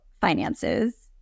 finances